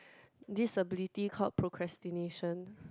this ability called procrastination